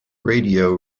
radio